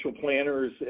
planners